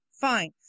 fine